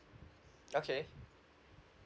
okay